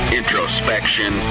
introspection